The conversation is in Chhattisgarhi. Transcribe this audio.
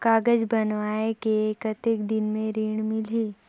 कागज बनवाय के कतेक दिन मे ऋण मिलही?